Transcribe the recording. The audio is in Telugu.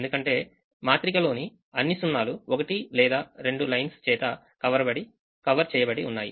ఎందుకంటే మాత్రికలోని అన్ని సున్నాలు ఒకటి లేదా రెండు లైన్స్ చేత కవర్ చేయబడి ఉన్నాయి